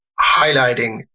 highlighting